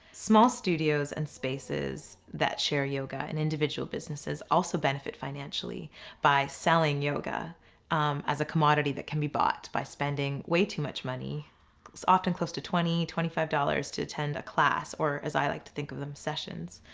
small studios and spaces that share yoga and individual businesses also benefit financially by selling yoga as a commodity that can be bought by spending way too much money often close to twenty, twenty-five dollars to attend a class, or as i like to think of them, sessions.